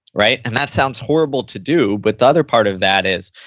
right? and that sounds horrible to do, but the other part of that is,